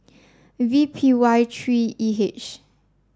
V P Y three E H